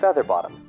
Featherbottom